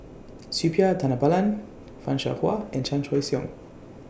Suppiah Dhanabalan fan Shao Hua and Chan Choy Siong